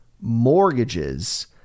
mortgages